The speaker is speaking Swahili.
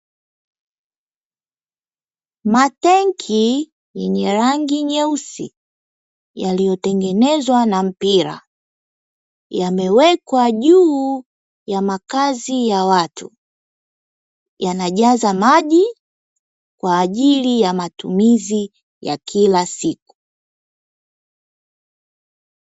Matenki yenye rangi nyeusi yaliyotengenezwa na mpira yamewekwa juu ya makazi ya watu. Yanajaza maji kwa ajili ya matumizi ya kila siku.